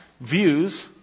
views